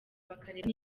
bakareba